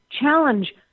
Challenge